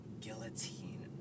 Guillotine